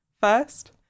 first